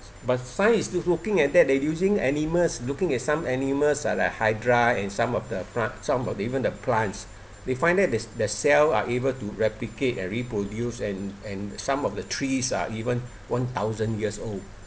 but science is still looking at that they using animals looking at some animals ah like hydra and some of the plant some of even the plants they find that the the cell are able to replicate and reproduce and and some of the trees are even one thousand years old